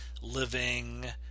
living